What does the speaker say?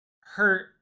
hurt